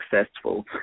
successful